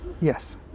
Yes